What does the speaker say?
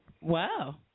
Wow